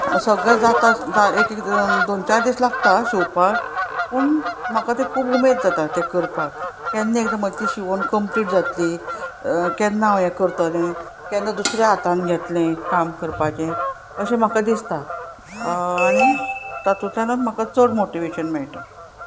सगळें जाता एकएकदां दोन चार दीस लागता शिंवपाक पूण म्हाका ते खूब उमेद जाता ते करपाक केन्ना एकदां म्हजी ती शिंवण कंप्लीट जातली केन्ना हांव हें करतलें केन्ना दुसरें हातान घेतलें काम करपाचें अशें म्हाका दिसता आनी तातूंतल्यानच म्हाका चड मोटिवेशन मेळटा